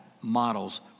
models